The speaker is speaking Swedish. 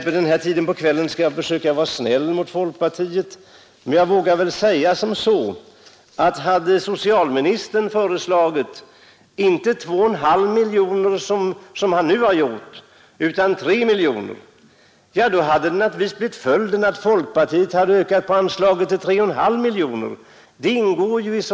Vid den här tiden på kvällen skall jag försöka vara snäll mot folkpartiet, men jag vågar säga: Hade socialministern föreslagit inte 2,5 miljoner kronor som han nu gjort utan 3 miljoner kronor hade följden naturligtvis blivit att folkpartiet ökat på anslaget till 3,5 miljoner kronor.